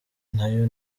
nayo